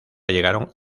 llegaron